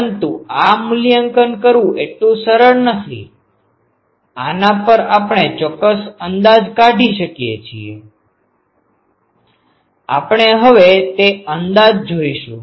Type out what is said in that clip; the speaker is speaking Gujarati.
પરંતુ આ મૂલ્યાંકન કરવું એટલું સરળ નથી આના પર આપણે ચોક્કસ અંદાજ કાઢીએ છીએ આપણે હવે તે અંદાજો જોઈશું